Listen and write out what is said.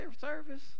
service